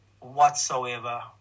whatsoever